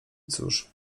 cóż